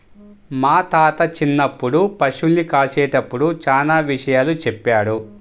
మా తాత చిన్నప్పుడు పశుల్ని కాసేటప్పుడు చానా విషయాలు చెప్పాడు